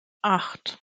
acht